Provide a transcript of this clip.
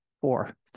four